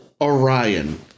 Orion